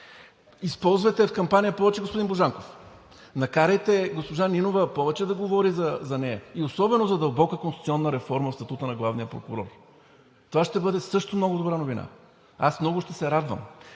Използвайте я в кампанията повече, господин Божанков. Накарайте госпожа Нинова повече да говори за нея и особено за дълбока конституционна реформа в статута на главния прокурор – това ще бъде също много добра новина. Аз много ще се радвам